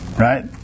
Right